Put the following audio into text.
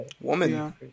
Woman